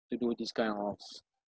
to do this kind of